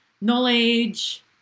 knowledge